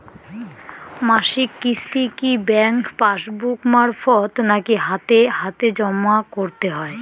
মাসিক কিস্তি কি ব্যাংক পাসবুক মারফত নাকি হাতে হাতেজম করতে হয়?